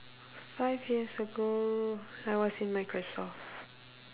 five years ago I was in Microsoft